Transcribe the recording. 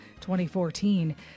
2014